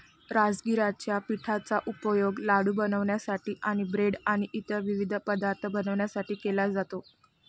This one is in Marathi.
राजगिराच्या पिठाचा उपयोग लाडू बनवण्यासाठी आणि ब्रेड आणि इतर विविध पदार्थ बनवण्यासाठी केला जातो